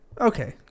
Okay